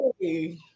Hey